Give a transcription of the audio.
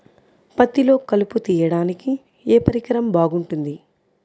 పత్తిలో కలుపు తీయడానికి ఏ పరికరం బాగుంటుంది?